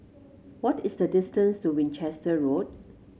what is the distance to Winchester Road